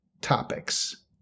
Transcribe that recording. topics